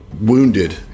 wounded